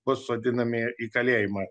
bus sodinami į kalėjimą